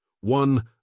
one